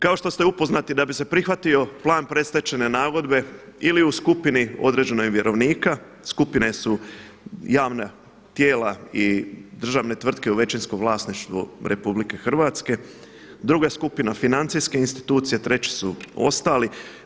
Kao što ste upoznati da bi se prihvatio plan predstečajne nagodbe ili u skupini određenoj vjerovnika, skupine su javna tijela i državne tvrtke u većinskom vlasništvu RH, druga skupina financijske institucije, treći su ostali.